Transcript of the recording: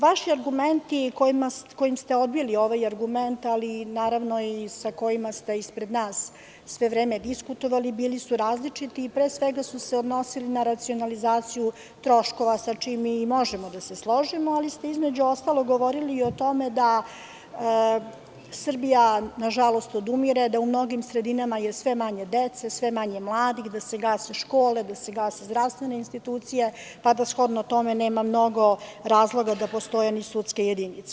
Vaši argumenti kojima ste odbili ovaj argument, naravno sa kojima ste i ispred nas sve vreme diskutovali su bili različiti i pre svega su se odnosili na racionalizaciju troškova sa čime možemo da se složimo, ali između ostalog govorili ste i o tome da Srbija nažalost odumire, da u mnogim sredinama je sve manje dece, sve manje mladih, da se gase škole, da se gase zdravstvene institucije, pa da shodno tome nema mnogo razloga da postoje ni sudske jedinice.